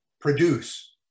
produce